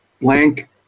blank